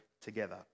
Together